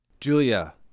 Julia